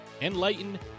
enlighten